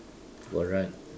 correct